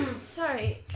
Sorry